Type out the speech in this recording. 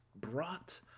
brought